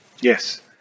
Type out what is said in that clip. Yes